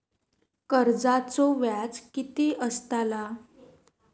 कर्जाचो व्याज कीती असताला?